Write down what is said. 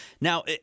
now